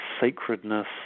sacredness